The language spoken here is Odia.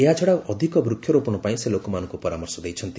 ଏହାଛଡ଼ା ଅଧିକ ବୃକ୍ଷରୋପଣ ପାଇଁ ସେ ଲୋକମାନଙ୍କୁ ପରାମର୍ଶ ଦେଇଛନ୍ତି